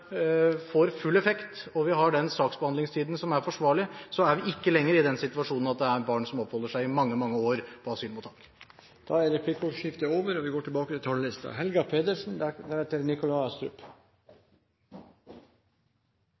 får full effekt, og vi har den saksbehandlingstiden som er forsvarlig, er vi ikke lenger i den situasjonen at det er barn som oppholder seg i mange, mange år på asylmottak. Replikkordskiftet er omme. Norge skal møte mange og